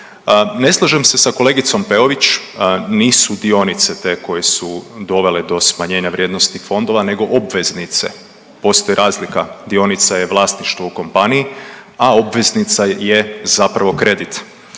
Ne slažem se sa kolegicom Peović, nisu dionice te koje su dovele do smanjenja vrijednosti fondova nego obveznice, postoji razlika, dionica je vlasništvo u kompaniji, a obveznica je zapravo kredite.